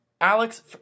Alex